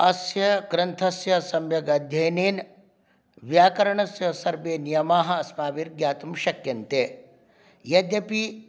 अस्य ग्रन्थस्य सम्यक् अध्ययनेन व्याकरणस्य सर्वे नियमाः अस्माभिर्ज्ञातुं शक्यन्ते यद्यपि